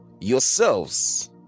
yourselves